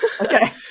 Okay